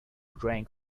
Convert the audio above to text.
drank